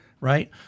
right